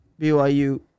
BYU